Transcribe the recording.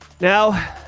Now